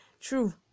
true